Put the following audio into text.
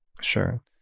Sure